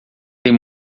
tem